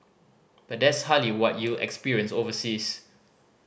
but that's hardly what you'll experience overseas